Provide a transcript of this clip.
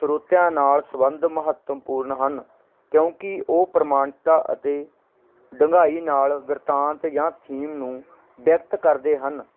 ਸਰੋਤਿਆਂ ਨਾਲ ਸੰਬੰਧ ਮਹੱਤਵਪੂਰਨ ਹਨ ਕਿਉਂਕਿ ਉਹ ਪ੍ਰਮਾਣਿਕਤਾ ਅਤੇ ਡੂੰਘਾਈ ਨਾਲ ਬਿਰਤਾਂਤ ਜਾਂ ਥੀਮ ਨੂੰ ਵਿਅਕਤ ਕਰਦੇ ਹਨ